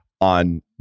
on